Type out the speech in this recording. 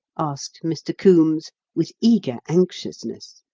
asked mr. coombes, with eager anxiousness.